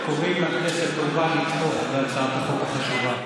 אז אנחנו קוראים לכנסת כמובן לתמוך בהצעת החוק החשובה.